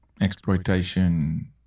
exploitation